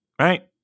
right